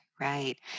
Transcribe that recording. right